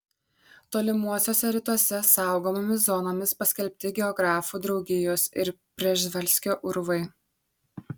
tolimuosiuose rytuose saugomomis zonomis paskelbti geografų draugijos ir prževalskio urvai